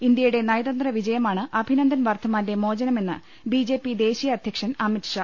ഇന്ത്യയുടെ നയതന്ത്രവിജയമാണ് അഭിനെന്ദ്രൻ വർദ്ധമാന്റെ മോചനമെന്ന് ബിജെപി ദേശീയഅധ്യക്ഷൻ അമിത്ഷാ